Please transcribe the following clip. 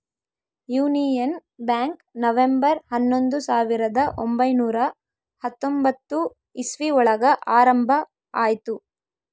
union Bank November ಹನ್ನೊಂದು ಸಾವಿರದ ಒಂಬೈನುರ ಹತ್ತೊಂಬತ್ತು ಇಸ್ವಿ ಒಳಗ ಆರಂಭ ಆಯ್ತು